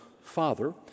father